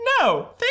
no